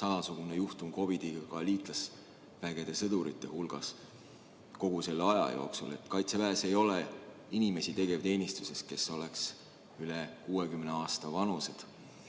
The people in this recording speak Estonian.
samasugune juhtum COVID‑iga ka liitlasvägede sõdurite hulgas kogu selle aja jooksul. Kaitseväes ei ole tegevteenistuses inimesi, kes oleks üle 60 aasta vanad,